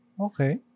Okay